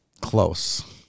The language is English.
Close